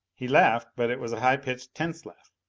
he laughed, but it was a high-pitched, tense laugh.